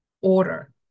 order